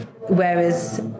whereas